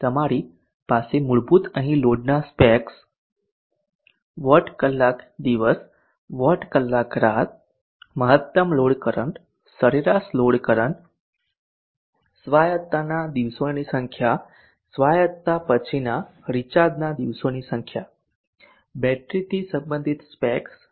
તેથી મારી પાસે અહીં લોડ ના સ્પેક્સ વોટ કલાક દિવસ વોટ કલાક રાત મહત્તમ લોડ કરંટ સરેરાશ લોડ કરંટ સ્વાયતતાના દિવસોની સંખ્યા સ્વાયત્તતા પછીના રિચાર્જના દિવસોની સંખ્યા બેટરીથી સંબંધિત સ્પેક્સ Vbat એ વોલ્ટેજ છે